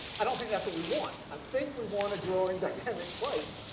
i don't think that's what we want. i think we want a growing dynamic place.